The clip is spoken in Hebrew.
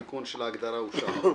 התיקון של ההגדרה אושר.